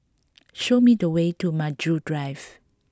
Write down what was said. show me the way to Maju Drive